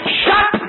shut